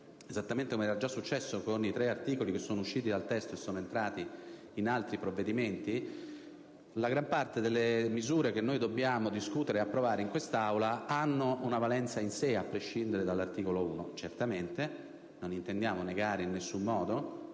esattamente come era già successo con i tre articoli usciti da questo testo ed entrati in altri provvedimenti, la gran parte delle misure che dobbiamo discutere ed approvare in quest'Aula ha una valenza in sé, a prescindere dall'articolo 1. Certamente - non intendiamo negarlo in nessun modo,